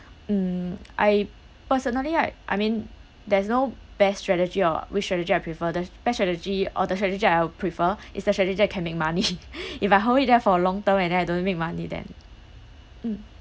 um I personally right I mean there's no best strategy or which strategy I prefer the best strategy or the strategy I'll prefer is the strategy I can make money if I hold it there for long term and then I don't make money then mm